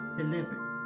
delivered